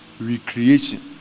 Recreation